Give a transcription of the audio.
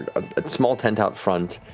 a small tent out front,